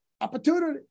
opportunity